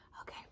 Okay